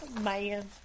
Man